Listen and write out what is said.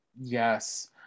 Yes